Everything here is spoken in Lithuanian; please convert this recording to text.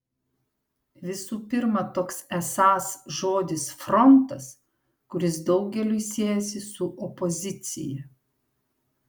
visų pirma toks esąs žodis frontas kuris daugeliui siejasi su opozicija